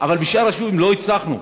אבל בשאר היישובים לא הצלחנו.